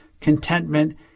contentment